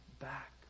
back